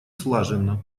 слаженно